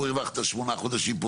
פה הרווחת שמונה חודשים.